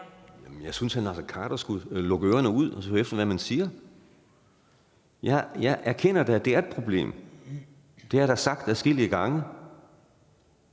Jeg synes, hr. Naser Khader skulle slå ørerne ud og høre efter, hvad man siger. Jeg erkender, at det er et problem, det har jeg sagt adskillige gange,